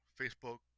Facebook